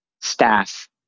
staff